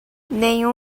nenhum